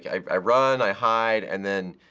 i run, i hide, and then.